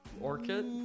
orchid